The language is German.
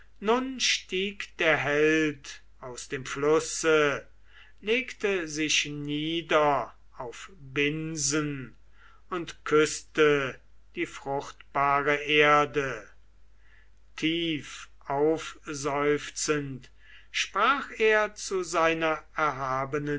stieg der held aus dem flusse legte sich nieder auf binsen und küßte die fruchtbare erde tiefaufseufzend sprach er zu seiner